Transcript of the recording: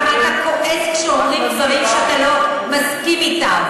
עד כמה אתה כועס כשאומרים דברים שאתה לא מסכים אתם,